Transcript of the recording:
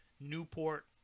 Newport